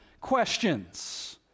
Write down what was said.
questions